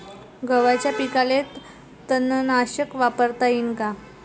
गव्हाच्या पिकाले तननाशक वापरता येईन का?